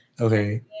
Okay